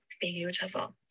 beautiful